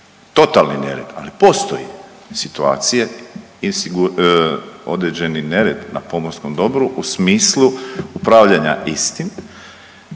totalni nered, ali postoje situacije, određeni neredi na pomorskom dobru u smislu upravljanja istim,